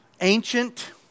ancient